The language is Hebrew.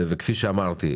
כפי שאמרתי,